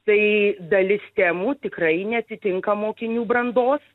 tai dalis temų tikrai neatitinka mokinių brandos